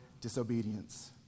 disobedience